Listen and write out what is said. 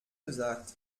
gesagt